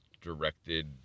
directed